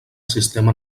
sistema